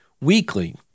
weekly